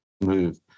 move